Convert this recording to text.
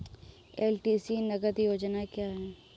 LTC नगद योजना क्या है?